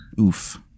Oof